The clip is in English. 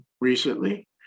recently